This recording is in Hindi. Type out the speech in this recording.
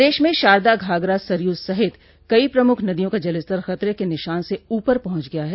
प्रदेश में शारदा घाघरा सरयू सहित कई प्रमुख नदिया का जलस्तर खतरे के निशान से ऊपर पहुंच गया है